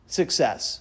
success